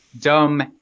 dumb